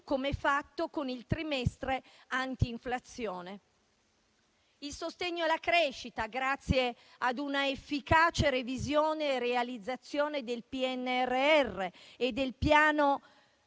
come fatto con il trimestre antinflazione. Rilevo ancora il sostegno alla crescita grazie ad una efficace revisione e realizzazione del PNRR e del Piano